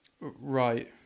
Right